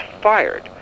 fired